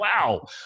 wow